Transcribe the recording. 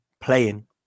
playing